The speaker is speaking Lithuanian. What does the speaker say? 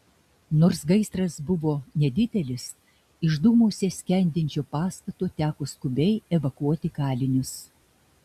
nors gaisras buvo nedidelis iš dūmuose skendinčio pastato teko skubiai evakuoti kalinius